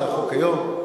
זה החוק היום.